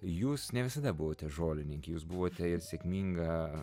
jūs ne visada buvote žolininkė jūs buvote ir sėkminga